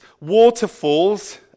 waterfalls